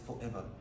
forever